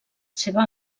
seva